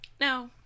No